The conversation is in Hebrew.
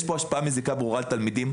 יש פה השפעה מזיקה ברורה על תלמידים.